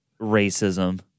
Racism